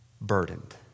burdened